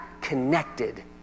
connected